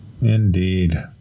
Indeed